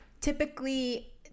typically